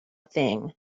thing